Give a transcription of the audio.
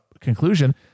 conclusion